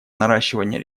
наращивания